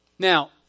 Now